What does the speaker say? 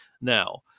Now